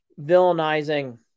villainizing